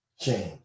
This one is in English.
Change